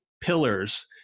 pillars